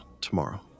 tomorrow